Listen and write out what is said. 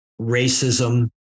racism